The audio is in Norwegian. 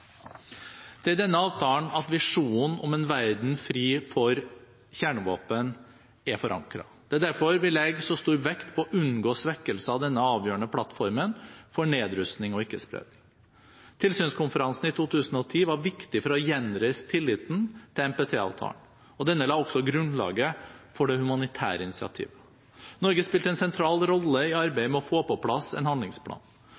Det er i denne avtalen at visjonen om en verden fri for kjernevåpen er forankret. Det er derfor vi legger så stor vekt på å unngå svekkelse av denne avgjørende plattformen for nedrustning og ikke-spredning. Tilsynskonferansen i 2010 var viktig for å gjenreise tilliten til NPT-avtalen, og denne la også grunnlaget for det humanitære initiativet. Norge spilte en sentral rolle i